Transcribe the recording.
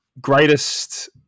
greatest